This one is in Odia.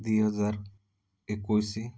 ଦୁଇ ହଜାର ଏକୋଇଶ